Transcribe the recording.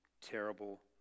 terrible